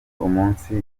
umunsi